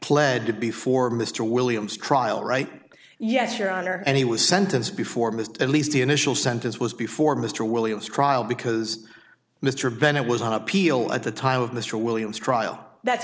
pled to before mr williams trial right yes your honor and he was sentenced before mr at least the initial sentence was before mr williams trial because mr bennett was an appeal at the time of mr williams trial that